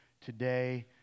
Today